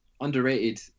underrated